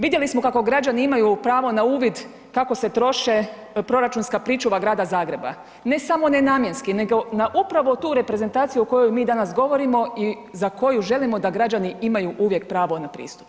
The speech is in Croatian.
Vidjeli smo kako građani imaju pravo na uvid kako se troše proračunska pričuva Grada Zagreba, ne samo nenamjenski nego na upravo tu reprezentaciju o kojoj mi danas govorimo i za koju želimo da građani imaju uvijek pravo na pristup.